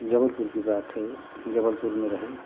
जबलपुर की बात है ये जबलपुर में रहे